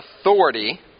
authority